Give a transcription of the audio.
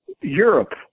Europe